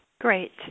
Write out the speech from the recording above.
Great